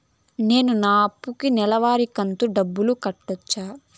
నేను నా అప్పుకి నెలవారి కంతు డబ్బులు కట్టొచ్చా?